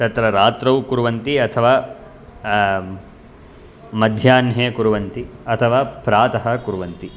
तत्र रात्रौ कुर्वन्ति अथवा मध्याह्ने कुर्वन्ति अथवा प्रातः कुर्वन्ति